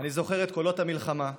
אני זוכר את קולות המלחמה כשהוריי,